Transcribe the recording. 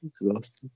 exhausted